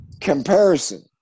comparison